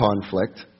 conflict